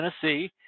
Tennessee